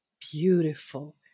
beautiful